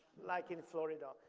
like in florida.